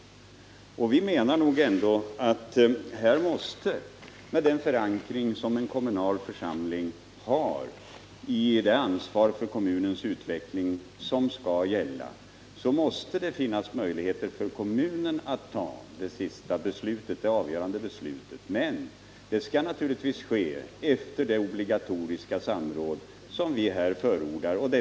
Vi menar nog ändå att det, med det ansvar som en kommunal församling har för kommunens utveckling, måste finnas möjligheter för kommunen att fatta det avgörande beslutet. Men det skall naturligtvis ske efter det obligatoriska samråd som vi här förordar.